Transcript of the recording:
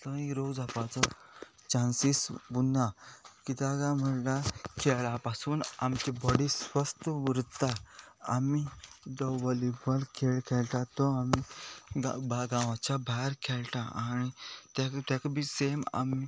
जावपाचो चान्सीस उरना कित्याक म्हणल्यार खेळा पासून आमची बॉडी स्वस्थ उरता आमी जो वॉलीबॉल खेळ खेळटा तो आमी गांवाच्या भायर खेळटा आनी ताका बी सेम आमी